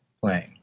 playing